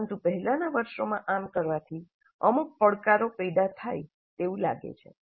પરંતુ પહેલાનાં વર્ષોમાં આમ કરવાથી અમુક પડકારો પેદા થાય તેવું લાગે છે